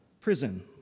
prison